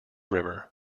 river